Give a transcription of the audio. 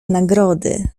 nagrody